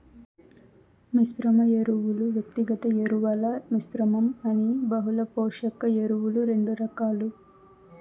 మిశ్రమ ఎరువులు, వ్యక్తిగత ఎరువుల మిశ్రమం అని బహుళ పోషక ఎరువులు రెండు రకాలు